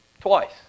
Twice